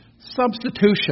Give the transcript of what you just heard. Substitution